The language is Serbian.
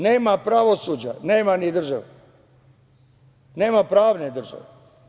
Nema pravosuđa, nema ni države, nema pravne države.